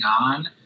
on